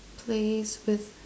place with